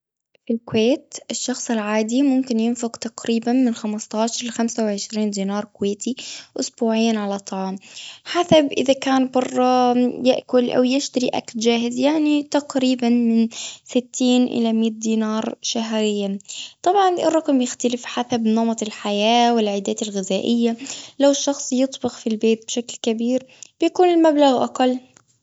في الكويت، الشخص العادي، ممكن ينفق تقريبًا، من خمستاشر لخمسة وعشرين دينار كويتي أسبوعيًا على الطعام. حسب إذا كان برة يأكل، أو يشتري أكل جاهز. يعني تقريبًا، من ستين إلى مية دينار شهريًا. طبعًا الرقم يختلف، حسب نمط الحياة، والعادات الغذائية. لو الشخص يطبخ في البيت، بشكل كبير بيكون المبلغ أقل.